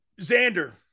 Xander